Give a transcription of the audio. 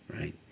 right